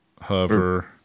hover